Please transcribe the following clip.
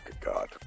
God